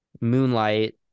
Moonlight